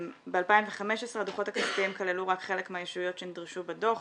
ב-2015 הדוחות הכספיים כללו רק חלק מהישויות שנדרשו בדוח